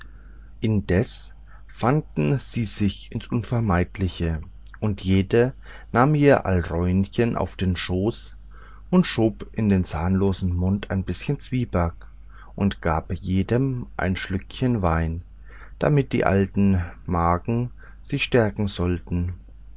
indessen fanden sie sich ins unvermeidliche und jede nahm ihr alräunchen auf den schoß und schob in den zahnlosen mund ein bischen zwieback und gaben jedem ein schlückchen wein damit die alten magen sich stärken sollten